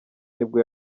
nibwo